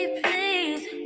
please